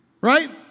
right